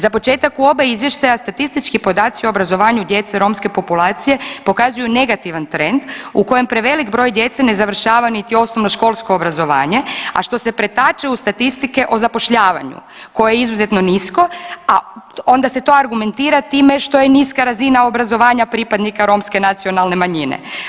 Za početak u oba izvještaja statistički podaci o obrazovanju djece romske populacije pokazuju negativan trend u kojem prevelik broj djece ne završava niti osnovnoškolsko obrazovanje, a što se pretače u statistike o zapošljavanju koje je izuzetno nismo, a onda se to argumentira time što je niska razina obrazovanja pripadnika romske nacionalne manjine.